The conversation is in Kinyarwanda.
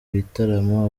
bitaramo